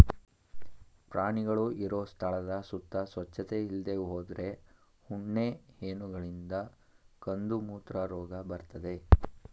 ಪ್ರಾಣಿಗಳು ಇರೋ ಸ್ಥಳದ ಸುತ್ತ ಸ್ವಚ್ಚತೆ ಇಲ್ದೇ ಹೋದ್ರೆ ಉಣ್ಣೆ ಹೇನುಗಳಿಂದ ಕಂದುಮೂತ್ರ ರೋಗ ಬರ್ತದೆ